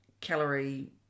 calorie